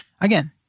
again